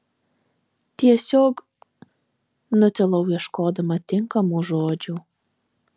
tiesiog nutilau ieškodama tinkamų žodžių